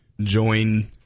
join